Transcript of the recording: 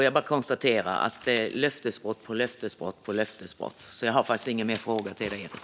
Jag bara konstaterar att det är löftesbrott på löftesbrott. Jag har inga fler frågor till Eric Palmqvist.